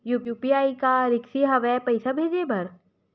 UPI का रिसकी हंव ए पईसा भेजे बर?